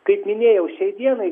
kaip minėjau šiai dienai